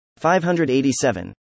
587